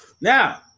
Now